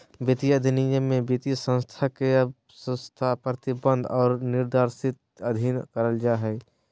वित्तीय विनियमन में वित्तीय संस्थान के आवश्यकता, प्रतिबंध आर दिशानिर्देश अधीन करल जा हय